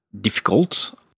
difficult